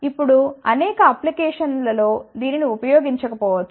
ఇప్పుడు అనేక అప్లికేషన్స్ లలో దీనిని ఉపయోగించకపోవచ్చు